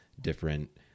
different